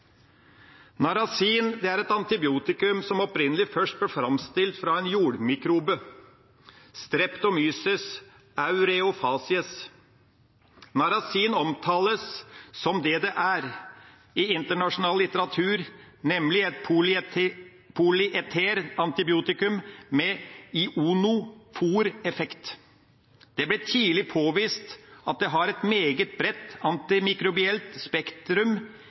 Narasin er et antibiotikum som opprinnelig ble framstilt fra en jordmikrobe – Streptomyces eureofaciens. Narasin omtales i internasjonal litteratur som det det er, nemlig et polieter antibiotikum med ionofor-effekt. Det ble tidlig påvist at det har et meget bredt antimikrobielt spektrum